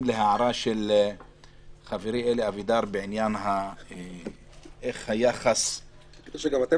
להערה של חברי אלי אבידר בעניין היחס לכך שאנחנו